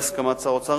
בהסכמת שר האוצר,